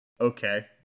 Okay